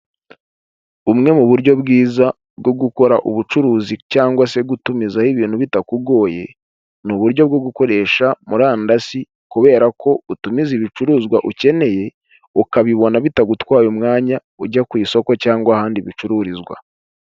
Bumwe mu buryo bwiza bwo gukora ubucuruzi cyangwa se gutumizaho ibintu bitakugoye, ni uburyo bwo gukoresha murandasi, kubera ko utumiza ibicuruzwa ukeneye ukabibona bitagutwaye umwanya ujya ku isoko cyangwa ahandi bicururizwa.